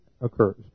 occurs